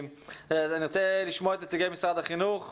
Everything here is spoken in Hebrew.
אני רוצה לשמוע את נציגי משרד החינוך והחמ"ד,